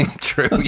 True